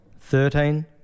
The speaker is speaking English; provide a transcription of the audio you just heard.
thirteen